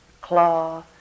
claw